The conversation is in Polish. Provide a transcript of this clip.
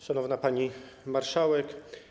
Szanowna Pani Marszałek!